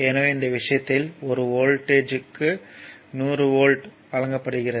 எனவே இந்த விஷயத்தில் ஒரு வோல்ட்டேஜ்க்கு 100 வோல்ட் வழங்கப்படுகிறது